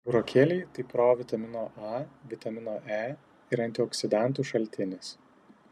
burokėliai tai provitamino a vitamino e ir antioksidantų šaltinis